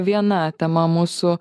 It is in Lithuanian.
viena tema mūsų